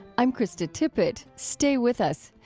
i'm krista tippett, stay with us.